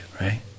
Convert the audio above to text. right